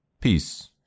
Peace